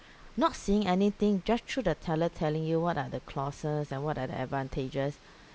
not seeing anything just through the teller telling you what are the clauses and what are the advantages